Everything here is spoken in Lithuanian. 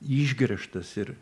išgręžtas ir